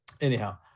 Anyhow